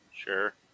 Sure